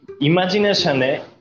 imagination